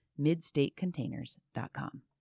MidStateContainers.com